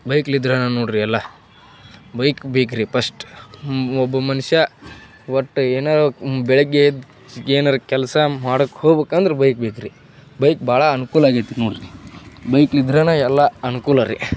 ಬೈಕ್ಲಿದ್ರೇನ ನೋಡಿರಿ ಎಲ್ಲ ಬೈಕ್ ಬೇಕ್ರಿ ಪಸ್ಟ್ ಒಬ್ಬ ಮನುಷ್ಯ ಒಟ್ಟು ಏನೋ ಬೆಳಗ್ಗೆ ಎದ್ದು ಏನಾರ ಕೆಲಸ ಮಾಡುಕ್ಕೆ ಹೋಗ್ಬೇಕಂದರೂ ಬೈಕ್ ಬೇಕ್ರಿ ಬೈಕ್ ಭಾಳ ಅನುಕೂಲ ಆಗೈತೆ ನೋಡಿರಿ ಬೈಕ್ಲಿದ್ರೇನ ಎಲ್ಲ ಅನುಕೂಲರಿ